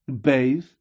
bathe